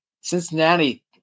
Cincinnati